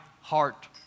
heart